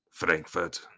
Frankfurt